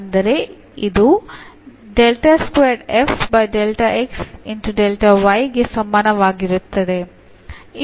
ಅಂದರೆ ಇದು ಗೆ ಸಮಾನವಾಗಿರುತ್ತದೆ